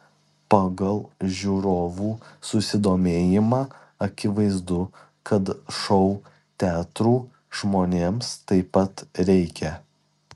pagal žiūrovų susidomėjimą akivaizdu kad šou teatrų žmonėms taip pat reikia